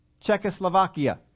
Czechoslovakia